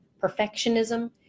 perfectionism